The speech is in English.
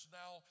now